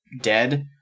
dead